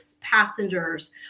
passengers